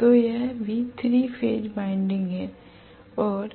तो यह भी 3 फेस वाइंडिंग है और